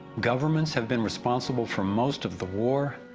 governments have been responsible for most of the war,